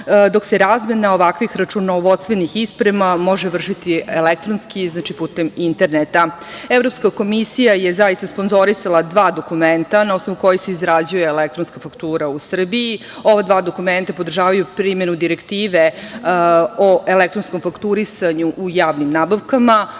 dok se razmena ovakvih računovodstvenih isprema može vršiti elektronski, znači, putem interneta. Evropska komisija je zaista sponzorisala dva dokumenta na osnovu kojih se izrađuje elektronska faktura u Srbiji. Ova dva dokumenta podržavaju primenu direktive o elektronskom fakturisanju u javnim nabavkama,